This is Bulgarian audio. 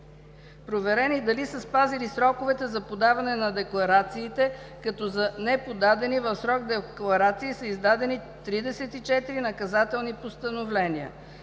проверени дали са спазили сроковете за подаване на декларациите, като за неподадени в срок декларации са издадени 34 наказателни постановления.